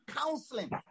counseling